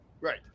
Right